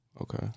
okay